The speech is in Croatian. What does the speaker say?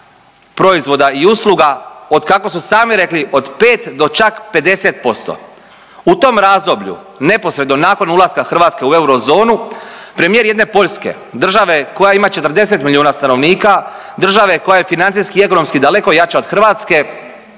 proizvoda i usluga, od kako su sami rekli, od 5 do čak 50%. U tom razdoblju, neposredno nakon Hrvatske u eurozonu, premijer jedne Poljske, države koja ima 40 milijuna stanovnika, država koja je financijski i ekonomski daleko jača od Hrvatske